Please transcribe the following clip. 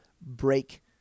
break